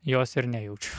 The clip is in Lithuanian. jos ir nejaučiu